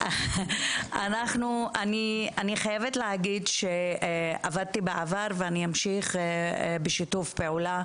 אני חייבת להגיד שעבדתי בעבר ואני אמשיך בשיתוף פעולה